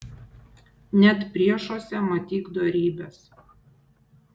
net priešuose matyk dorybes